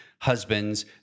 husbands